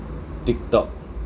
tiktok